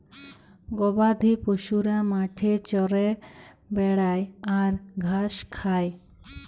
গবাদি পশুরা মাঠে চরে বেড়ায় আর ঘাঁস খায়